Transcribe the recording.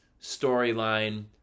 storyline